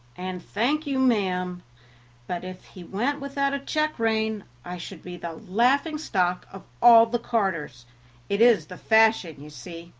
and thank you, ma'am but if he went without a check-rein i should be the laughing-stock of all the carters it is the fashion, you see.